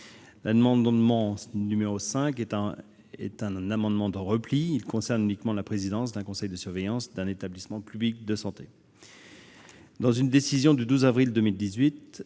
amendement n° 5 rectifié est un amendement de repli : il concerne uniquement la présidence du conseil de surveillance d'un établissement public de santé. Dans une décision du 12 avril 2018,